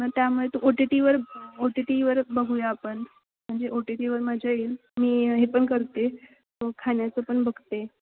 मग त्यामुळे तू ओ टी टीवर ओ टी टीवर बघूया आपण म्हणजे ओ टी टीवर माझ्या येईल मी हे पण करते तो खाण्याचं पण बघते